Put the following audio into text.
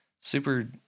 super